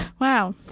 Wow